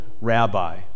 rabbi